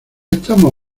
estamos